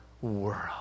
world